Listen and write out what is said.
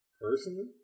personally